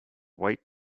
white